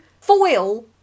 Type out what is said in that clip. foil